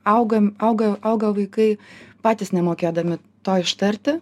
augam auga auga vaikai patys nemokėdami to ištarti